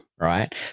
right